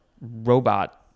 robot